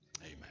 Amen